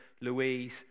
Louise